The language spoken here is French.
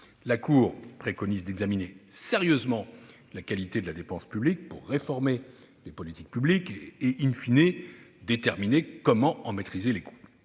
La Cour préconise d'examiner sérieusement la qualité de la dépense publique pour réformer les politiques publiques et,, déterminer comment en maîtriser les coûts.